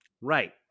Right